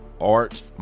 art